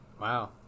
wow